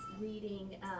reading